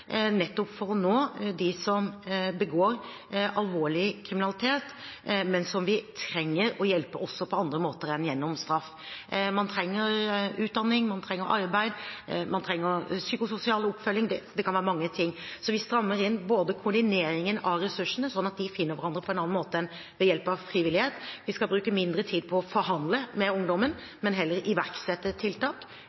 nettopp for å nå dem som begår alvorlig kriminalitet, men som vi trenger å hjelpe på andre måter enn gjennom straff. Man trenger utdanning, man trenger arbeid, man trenger psykososial oppfølging – det kan være mange ting. Så vi strammer inn koordineringen av ressursene, slik at de finner hverandre på en annen måte enn ved hjelp av frivillighet. Vi skal bruke mindre tid på å forhandle med ungdommen,